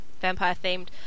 vampire-themed